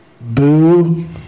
Boo